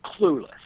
clueless